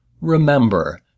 remember